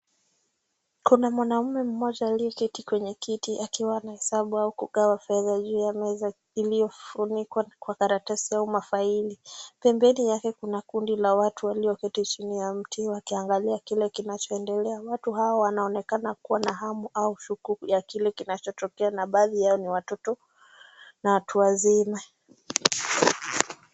Kuna mwanaume mmoja aliyeketi kwenye kiti akiwa anahesabu au kugawa fedha juu ya meza iliyofunikwa kwa karatasi au mafaili. Pembeni yake kuna kundi la watu walio keti chini ya mti wakiangalia kile kinachoendelea. Watu hawa wanonekana kuwa na hamu au shuku ya kile kinachotokea na baadhi yao ni watatu na watu wazima.